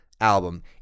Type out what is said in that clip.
album